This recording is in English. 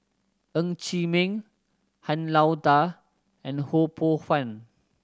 Ng Chee Meng Han Lao Da and Ho Poh Fun